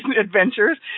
adventures